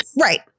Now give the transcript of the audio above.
Right